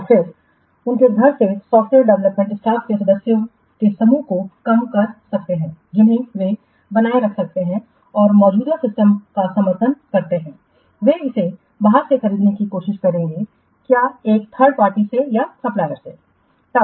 और फिर उनके घर के सॉफ्टवेयर डेवलपमेंट स्टाफ के सदस्यों के समूह को कम कर सकते हैं जिन्हें वे बनाए रख सकते हैं और मौजूदा सिस्टम का समर्थन करते हैं वे इसे बाहर से खरीदने की कोशिश करेंगे क्या एक थर्ड पार्टी के सप्लायरसे